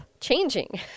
changing